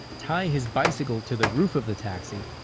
tie his bicycle to the roof of the taxi,